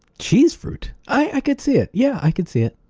cheesefruit? i could see it. yeah, i could see it.